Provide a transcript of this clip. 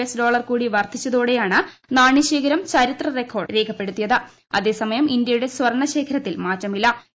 S dollar കൂടി വർദ്ധിച്ച്ച്തോൾടയാണ് നാണ്യശേഖരം ചരിത്ര റെക്കോർഡ് രേഖപ്പെടുത്തിയത് അതേസമയം ഇന്ത്യയുടെ സ്വർണ്ണശേഖരത്തിൽ മാറ്റമില്ലു